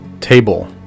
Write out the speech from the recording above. table